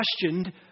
questioned